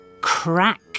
Crack